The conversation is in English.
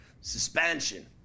suspension